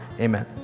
Amen